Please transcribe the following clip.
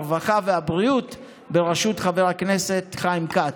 הרווחה והבריאות בראשות חבר הכנסת חיים כץ.